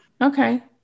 Okay